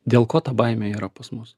dėl ko ta baimė yra pas mus